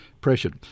pressured